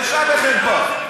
בושה וחרפה.